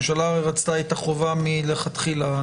הממשלה רצתה את החובה מלכתחילה,